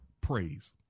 Praise